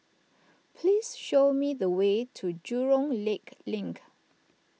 please show me the way to Jurong Lake Link